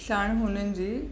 साण हुननि जी